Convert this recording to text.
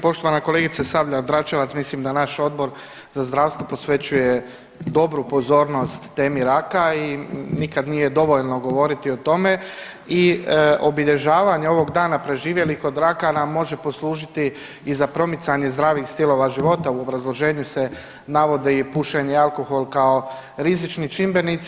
Poštovana kolegice Sabljar-Dračevac, mislim da naš Odbor za zdravstvo posvećuje dobru pozornost temi raka i nikad nije dovoljno govoriti o tome i obilježavanje ovog Dana preživjelih od raka nam može poslužiti i za promicanje zdravih stilova života, u obrazloženju se navode i pušenje i alkohol kao rizični čimbenici.